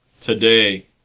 Today